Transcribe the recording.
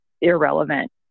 irrelevant